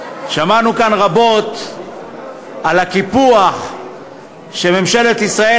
שמענו כאן רבות על הקיפוח שממשלת ישראל